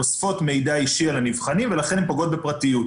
אוספות מידע אישי על הנבחנים ולכן הן פוגעות בפרטיות.